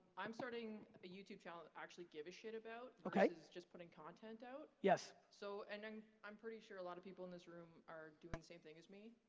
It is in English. i'm starting a youtube channel i actually give a shit about versus just putting content out. yes. so and and i'm pretty sure a lot of people in this room are doing the same thing as me,